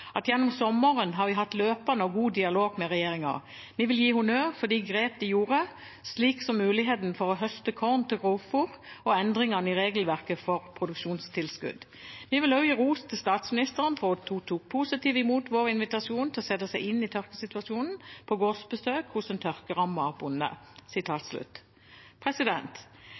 sommeren har vi hatt en løpende og god dialog med regjeringen. Vi vil gi honnør for grep de gjorde, slik som mulighetene for å høste korn til grønnfôr og regelverket for produksjonstilskudd. Vi vil også gi ros til Statsministeren for at hun tok positivt imot vår invitasjon til å sette seg inn i tørkesituasjonen på gårdsbesøket hos